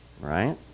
right